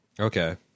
okay